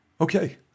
Okay